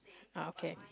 okay